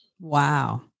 Wow